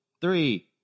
Three